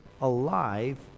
alive